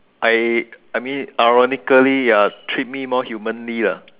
I I mean ironically ya treat me more humanly lah